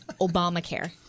Obamacare